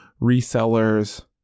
resellers